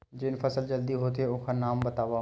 जेन फसल जल्दी होथे ओखर नाम बतावव?